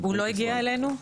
הוא לא הגיע אלינו?